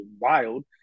wild